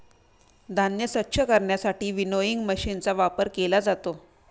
धान्य स्वच्छ करण्यासाठी विनोइंग मशीनचा वापर केला जातो